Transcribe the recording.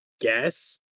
guess